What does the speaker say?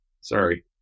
Sorry